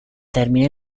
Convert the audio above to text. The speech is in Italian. termina